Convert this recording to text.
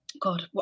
God